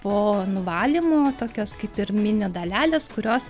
po nuvalymo tokios kaip ir mini dalelės kurios